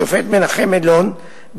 השופט מנחם אלון,